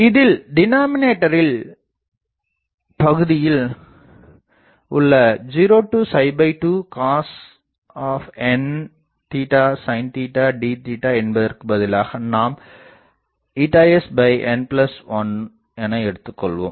இதில் டினாமினேட்டரில் பகுதியில் உள்ள 02 cosn sin d என்பதற்குப் பதிலாக நாம் sn1 என எடுத்துக் கொள்வோம்